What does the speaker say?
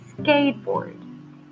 skateboard